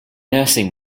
nursing